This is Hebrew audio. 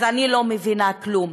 אז אני לא מבינה כלום.